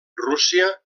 rússia